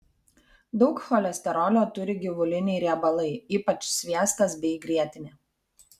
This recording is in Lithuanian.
daug cholesterolio turi gyvuliniai riebalai ypač sviestas bei grietinė